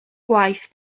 gwaith